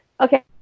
okay